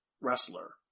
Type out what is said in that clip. wrestler